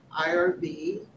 IRB